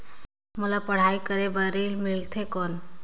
मोला पढ़ाई करे बर ऋण मिलथे कौन?